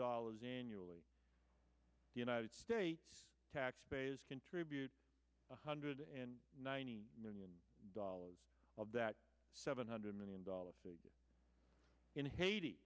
dollars annually the united states taxpayers contribute one hundred ninety million dollars of that seven hundred million dollars in haiti